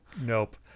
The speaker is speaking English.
Nope